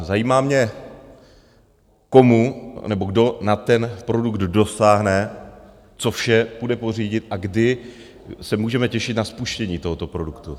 Zajímá mě komu, anebo kdo na ten produkt dosáhne, co vše půjde pořídit a kdy se můžeme těšit na spuštění tohoto produktu.